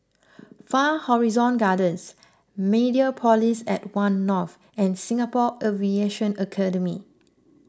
Far Horizon Gardens Mediapolis at one North and Singapore Aviation Academy